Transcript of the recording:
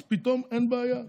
אז פתאום אין בעיה.